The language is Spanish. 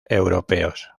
europeos